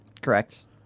Correct